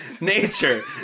nature